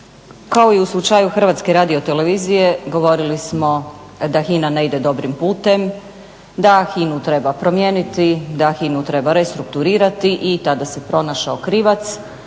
kao i u slučaju HRT-a govorili smo da HINA ne ide dobrim putem da HINA-u treba promijeniti, da HINA-u treba restrukturirati i tada se pronašao krivac,